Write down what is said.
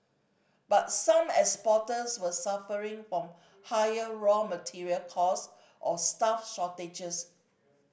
but some exporters were suffering from higher raw material cost or staff shortages